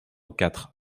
quatre